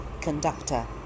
Conductor